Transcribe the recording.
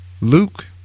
Luke